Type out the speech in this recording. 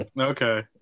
okay